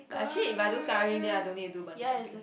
but actually if I do skydiving then I don't need to do bungee jumping